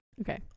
okay